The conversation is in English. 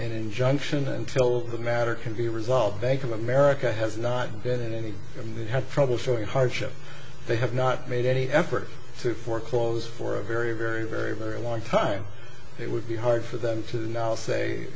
an injunction until the matter can be resolved bank of america has not been getting any had trouble showing hardship they have not made any effort to foreclose for a very very very very long time it would be hard for them to